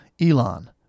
Elon